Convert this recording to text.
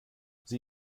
sie